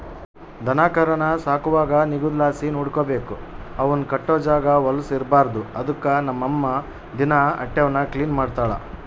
ದನಕರಾನ ಸಾಕುವಾಗ ನಿಗುದಲಾಸಿ ನೋಡಿಕಬೇಕು, ಅವುನ್ ಕಟ್ಟೋ ಜಾಗ ವಲುಸ್ ಇರ್ಬಾರ್ದು ಅದುಕ್ಕ ನಮ್ ಅಮ್ಮ ದಿನಾ ಅಟೇವ್ನ ಕ್ಲೀನ್ ಮಾಡ್ತಳ